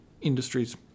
industries